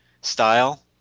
style